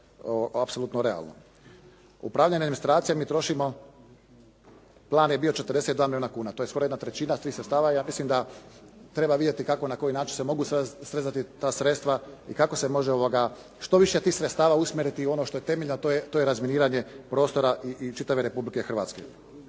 ne razumije./… mi trošimo plan je bio 42 milijuna kuna. To je skoro 1/3 svih sredstava. Ja mislim da treba vidjeti kako, na koji način se mogu srezati ta sredstva i kako se može što više tih sredstava usmjeriti u ono što je temeljno, a to je razminiranje prostora i čitave Republike Hrvatske.